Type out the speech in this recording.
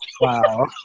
Wow